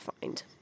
find